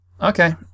Okay